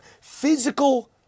physical